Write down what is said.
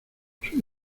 soy